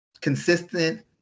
consistent